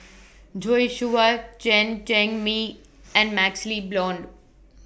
Joi Chua Chen Cheng Mei and MaxLe Blond